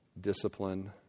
discipline